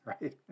right